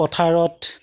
পথাৰত